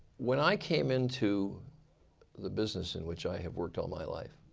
when i came into the business in which i have worked all my life,